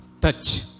touch